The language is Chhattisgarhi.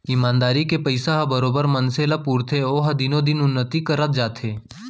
ईमानदारी के पइसा ह बरोबर मनसे ल पुरथे ओहा दिनो दिन उन्नति करत जाथे